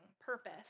purpose